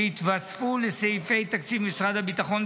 שיתווספו לסעיפי תקציב משרד הביטחון,